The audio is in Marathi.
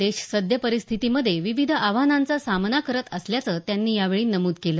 देश सद्य परिस्थीतीमधे विविध आव्हानांचा सामना करत असल्याचं त्यांनी यावेळी नमुद् केलं